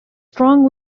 strong